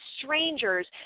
strangers